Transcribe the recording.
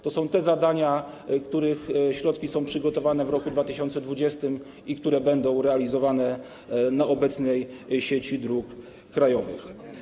To są te zadania, na które środki są przygotowane w roku 2020 i które będą realizowane w obecnej sieci dróg krajowych.